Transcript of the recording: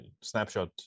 snapshot